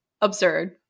Absurd